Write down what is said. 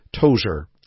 Tozer